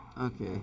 Okay